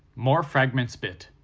more fragments bits.